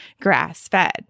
grass-fed